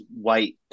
white